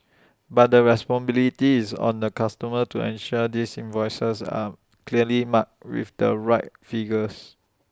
but the is on the customers to ensure these invoices are clearly marked with the right figures